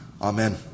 Amen